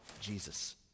Jesus